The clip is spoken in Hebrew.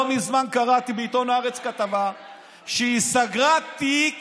לא מזמן קראתי בעיתון הארץ בכתבה שהיא סגרה תיק